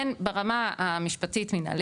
אין ברמה המשפטית-מנהלית,